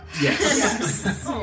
Yes